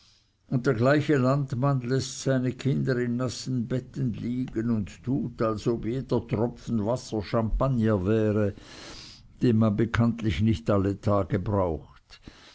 und der gleiche landmann läßt seine kinder in nassen betten liegen und tut als ob jeder tropfen wasser champagner wäre den man bekanntlich nicht alle tage braucht